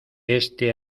este